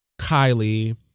Kylie